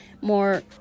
more